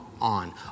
on